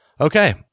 okay